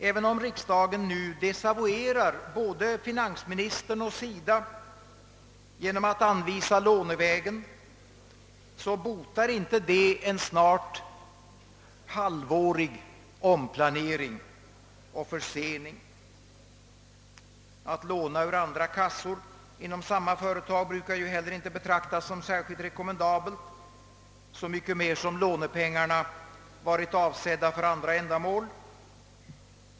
även om riksdagen nu desavouerar både finansministern och SIDA genom att anvisa lånevägen, så uppväger det inte en snart halvårig omplanering och försening. Att låna ur andra kassor inom samma företag brukar ju inte heller betraktas som särskilt rekommendabelt, så mycket mindre som lånepengarna varit avsedda för andra ändamål.